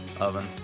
oven